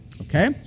Okay